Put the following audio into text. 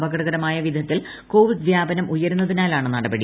അപകടകരമായ വിധത്തിൽ കോവിഡ് വ്യാപനം ഉയരുന്നതിനാലാണ് നടപടി